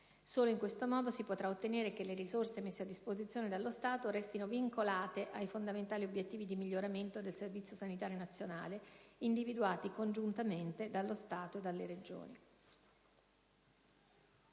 Solo in questo modo si potrà ottenere che le risorse messe a disposizione dallo Stato restino vincolate ai fondamentali obiettivi di miglioramento del Servizio sanitario nazionale, individuati congiuntamente dallo Stato e dalle Regioni.